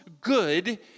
good